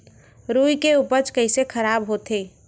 रुई के उपज कइसे खराब होथे?